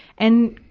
and,